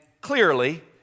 clearly